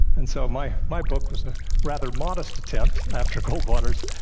and so, my my book was a rather modest attempt, after goldwater's,